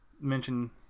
mention